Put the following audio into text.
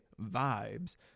vibes